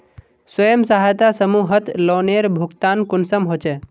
स्वयं सहायता समूहत लोनेर भुगतान कुंसम होचे?